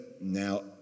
now